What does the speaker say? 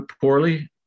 poorly